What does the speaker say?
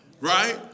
right